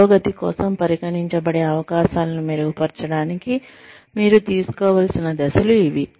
పురోగతి కోసం పరిగణించబడే అవకాశాలను మెరుగుపరచడానికి మీరు తీసుకోవలసిన దశలు ఇవి